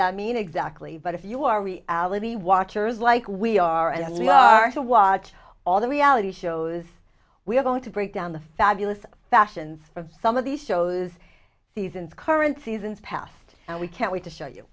that mean exactly but if you are we ality watchers like we are as we are to watch all the reality shows we're going to break down the fabulous fashions of some of these shows these and current seasons past and we can't wait to show you